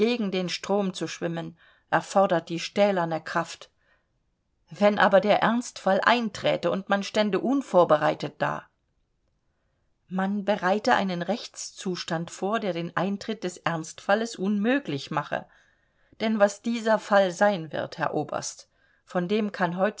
den strom zu schwimmen erfordert die stählerne kraft wenn aber der ernstfall einträte und man stände unvorbereitet da man bereite einen rechtszustand vor der den eintritt des ernstfalles unmöglich mache denn was dieser fall sein wird herr oberst von dem kann